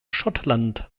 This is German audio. schottland